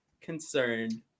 concerned